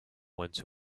went